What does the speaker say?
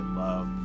love